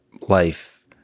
life